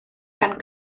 gan